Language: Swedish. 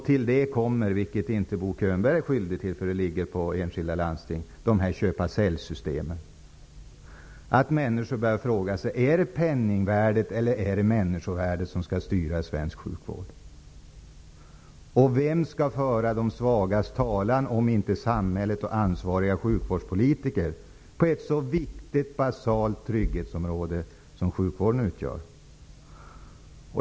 Till det kommer -- vilket Bo Könberg inte är skyldig till för det ligger på enskilda landsting -- de här köp--sälj-systemen. Människor börjar fråga sig: Är det penningvärdet eller människovärdet som skall styra svensk sjukvård? Vem skall föra de svagas talan om inte samhället och ansvariga sjukvårdspolitiker gör det på ett så viktigt, basalt trygghetsområde som sjukvården utgör?